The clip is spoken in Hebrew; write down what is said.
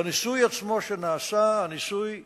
בניסוי שנעשה, הניסוי הצליח.